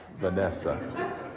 Vanessa